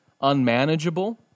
unmanageable